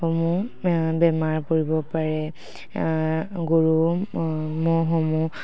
সমূহ বেমাৰ পৰিব পাৰে গৰু ম'হসমূহ